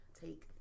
take